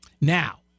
Now